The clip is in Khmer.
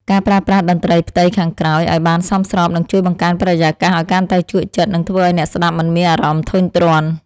ការប្រើប្រាស់តន្ត្រីផ្ទៃខាងក្រោយឱ្យបានសមស្របនឹងជួយបង្កើនបរិយាកាសឱ្យកាន់តែជក់ចិត្ត និងធ្វើឱ្យអ្នកស្តាប់មិនមានអារម្មណ៍ធុញទ្រាន់។